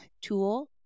tool